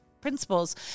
principles